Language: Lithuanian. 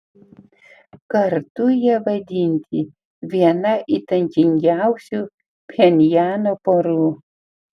kartu jie vadinti viena įtakingiausių pchenjano porų